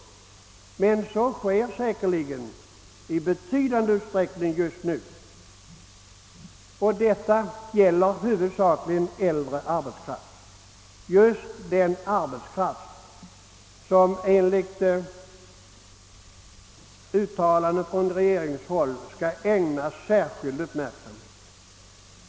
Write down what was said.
Men så sker säkerligen i betydande utsträckning just nu. Det är här fråga om huvudsakligen äldre arbetskraft, just den arbetskraft som enligt uttalande från regeringshåll skall ägnas särskild uppmärksamhet.